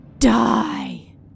Die